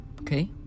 Okay